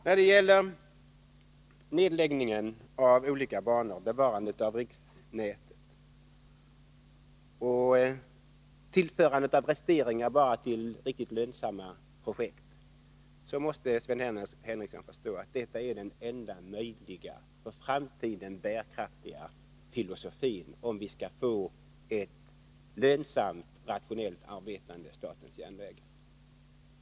När det gäller nedläggning av olika banor, bevarandet av riksnätet och tillförandet av investeringar bara till riktigt lönsamma projekt måste Sven Henricsson förstå att det är den enda möjliga för framtiden bärkraftiga filosofin, om vi skall få ett lönsamt, rationellt arbetande SJ.